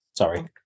Sorry